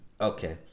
okay